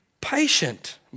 patient